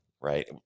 right